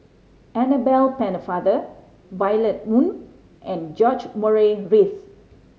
Annabel Pennefather Violet Oon and George Murray Reith